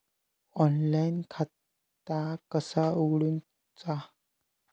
Online खाता कसा उगडूचा?